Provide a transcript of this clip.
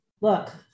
look